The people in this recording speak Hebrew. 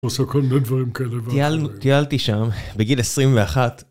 עושה כל מיני דברים כאלה, טיילתי שם בגיל 21.